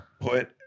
...put